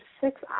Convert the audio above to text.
six